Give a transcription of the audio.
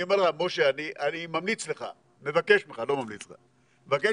משה, אני ממליץ לך, מבקש ממך, לא ממליץ לך, תשמע,